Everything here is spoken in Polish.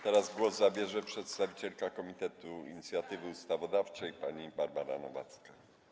Teraz głos zabierze przedstawicielka Komitetu Inicjatywy Ustawodawczej pani Barbara Nowacka.